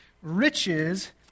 Riches